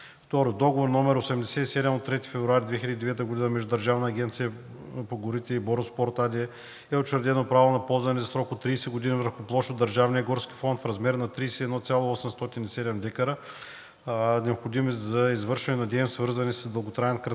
Договор № 87 от 3 февруари 2009 г. между Държавната агенция по горите и „Бороспорт“ АД е учредено право на ползване за срок от 30 години върху площ от държавния горски фонд в размер на 31,807 дка, необходими за извършване на дейности, свързани с дълготраен и